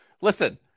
listen